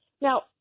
Now